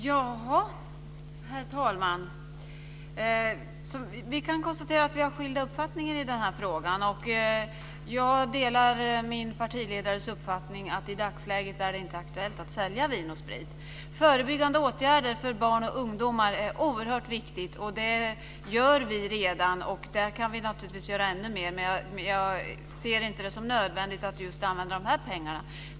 Herr talman! Vi kan konstatera att vi har skilda uppfattningar i denna fråga. Jag delar min partiledares uppfattning att det i dagsläget inte är aktuellt att sälja Förebyggande åtgärder för barn och ungdomar är oerhört viktigt, och det vidtar vi redan. Där kan vi naturligtvis göra ännu mer, men jag ser det inte som nödvändigt att använda just dessa pengar.